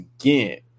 again